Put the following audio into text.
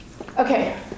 Okay